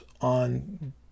on